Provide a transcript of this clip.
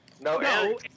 No